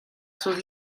sus